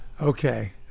okay